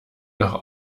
doch